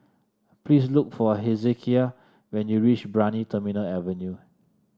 please look for Hezekiah when you reach Brani Terminal Avenue